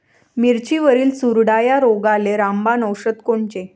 मिरचीवरील चुरडा या रोगाले रामबाण औषध कोनचे?